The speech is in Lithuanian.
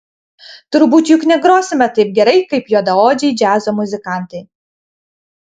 turbūt juk negrosime taip gerai kaip juodaodžiai džiazo muzikantai